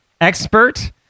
expert